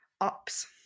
ops